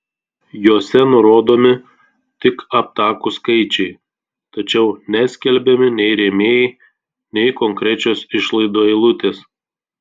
jose nurodomi tik aptakūs skaičiai tačiau neskelbiami nei rėmėjai nei konkrečios išlaidų eilutės